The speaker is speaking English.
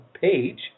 page